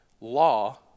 law